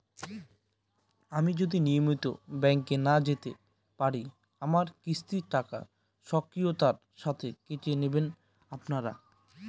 আমি যদি নিয়মিত ব্যংকে না যেতে পারি আমার কিস্তির টাকা স্বকীয়তার সাথে কেটে নেবেন আপনারা?